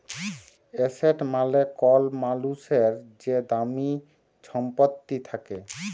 asset মালে কল মালুসের যে দামি ছম্পত্তি থ্যাকে